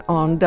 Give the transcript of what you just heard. on